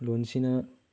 ꯂꯣꯟꯁꯤꯅ